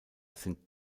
sind